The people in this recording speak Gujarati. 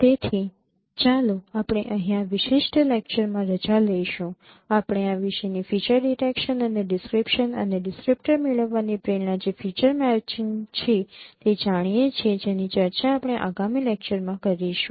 તેથી ચાલો આપણે અહીં આ વિશિષ્ટ લેક્ચરમાં રજા લઈશું આપણે આ વિશેની ફીચર ડિટેકશન અને ડિસક્રીપશન અને ડિસ્ક્રિપ્ટર મેળવવાની પ્રેરણા જે ફીચર મેચિંગ છે તે જાણીએ છીએ જેની ચર્ચા આપણે આગામી લેક્ચર માં કરીશું